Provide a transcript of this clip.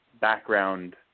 background